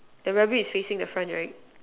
the rabbit is facing the front right